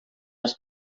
els